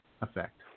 effect